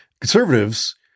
Conservatives